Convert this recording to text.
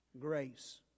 Grace